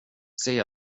säg